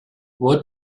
what